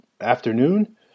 afternoon